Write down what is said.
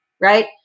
right